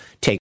take